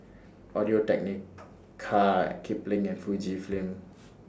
Audio Technica Kipling and Fujifilm